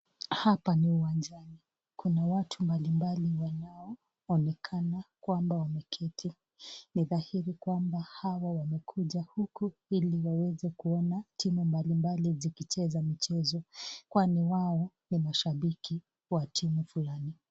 Hapa ni kiwanjani Kuna watu mbalimbali wanaonekana kwamba wameketi kwamba ni taimu hawa wamekuja huku hili waweze kuona timu mbalimbali zikicheza mchezo kwani wao ni mashabiki wa timu fulani.